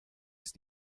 ist